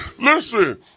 listen